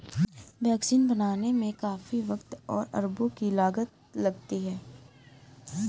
vaccine बनाने में काफी वक़्त और अरबों की लागत लगती है